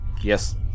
Yes